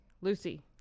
Lucy